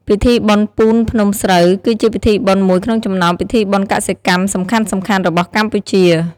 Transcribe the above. ពិធីបុណ្យពូនភ្នំស្រូវ គឺជាពិធីបុណ្យមួយក្នុងចំណោមពិធីបុណ្យកសិកម្មសំខាន់ៗរបស់កម្ពុជា ។